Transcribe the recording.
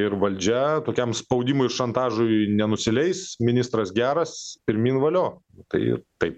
ir valdžia tokiam spaudimui šantažui nenusileis ministras geras pirmyn valio tai taip